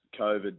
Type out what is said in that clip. COVID